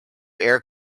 air